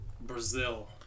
Brazil